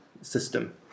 system